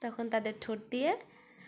তখন তাদের ঠোঁট দিয়ে